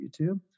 youtube